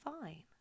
fine